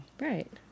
Right